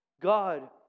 God